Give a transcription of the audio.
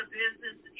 business